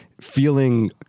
feeling